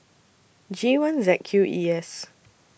G one Z Q E S